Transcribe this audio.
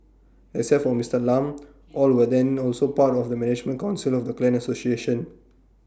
except for Mister Lam all were then also part of the management Council of the clan association